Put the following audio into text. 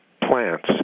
plants